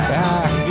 back